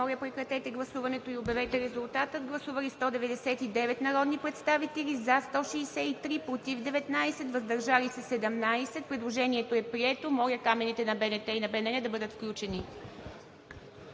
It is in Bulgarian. Моля, режим на гласуване. Гласували 199 народни представители: за 163, против 19, въздържали се 17. Предложението е прието. Моля, камерите на БНТ и на БНР да бъдат включени.